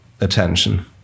attention